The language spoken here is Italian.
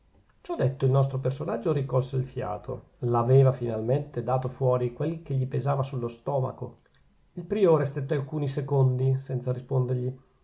sua ciò detto il nostro personaggio ricolse il fiato l'aveva finalmente dato fuori quel che gli pesava sullo stomaco il priore stette alcuni minuti secondi senza rispondergli